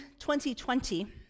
2020